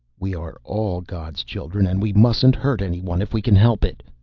we are all god's children, and we mustn't hurt anyone if we can help it.